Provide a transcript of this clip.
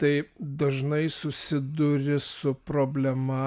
tai dažnai susiduri su problema